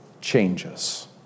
changes